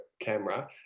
camera